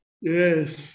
Yes